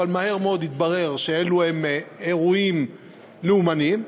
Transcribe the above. אבל מהר מאוד התברר שאלו הם אירועים לאומניים,